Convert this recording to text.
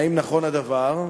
1. האם נכון הדבר?